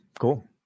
cool